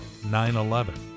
9-11